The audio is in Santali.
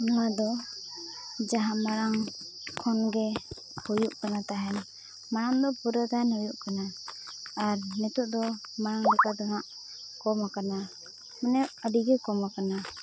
ᱱᱚᱣᱟᱫᱚ ᱡᱟᱦᱟᱸ ᱢᱟᱲᱟᱝ ᱠᱷᱚᱱᱜᱮ ᱦᱩᱭᱩᱜ ᱠᱟᱱᱟ ᱛᱟᱦᱮᱱ ᱢᱟᱲᱟᱝᱫᱚ ᱯᱩᱨᱟᱹᱜᱟᱱ ᱦᱩᱭᱩᱜ ᱠᱟᱱᱟ ᱟᱨ ᱱᱤᱛᱚᱜᱫᱚ ᱢᱟᱲᱟᱝ ᱞᱮᱠᱟᱫᱚ ᱱᱟᱦᱟᱸᱜ ᱠᱚᱢ ᱠᱟᱱᱟ ᱢᱟᱱᱮ ᱟᱹᱰᱤᱜᱮ ᱠᱚᱢ ᱠᱟᱱᱟ